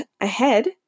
ahead